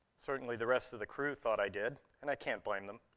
certainly the rest of the crew thought i did, and i can't blame them.